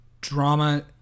drama